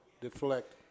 deflect